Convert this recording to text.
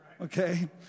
Okay